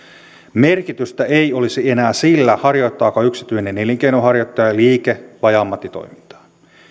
merkitystä ei olisi enää sillä harjoittaako yksityinen elinkeinonharjoittaja liike vai ammattitoimintaa